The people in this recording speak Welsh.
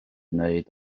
wneud